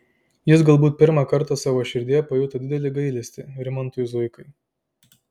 jis galbūt pirmą kartą savo širdyje pajuto didelį gailestį rimantui zuikai